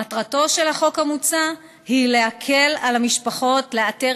מטרתו של החוק המוצע היא להקל על המשפחות לאתר